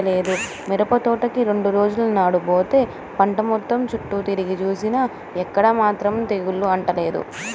మిరపతోటకి రెండు రోజుల నాడు బోతే పంట మొత్తం చుట్టూ తిరిగి జూసినా ఎక్కడా ఏమాత్రం తెగులు అంటలేదు